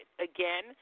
Again